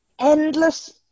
endless